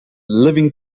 living